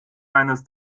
eines